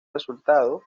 resultado